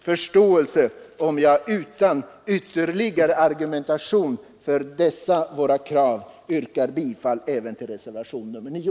försåtelse om jag utan ytterligare argumentation för dessa våra krav yrkar bifall till reservationen 9.